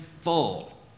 full